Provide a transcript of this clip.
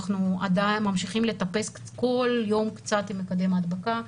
אנחנו עדיין ממשיכים לטפס כל יום קצת עם מקדם ההדבקה.